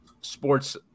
sports